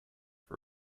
for